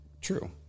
True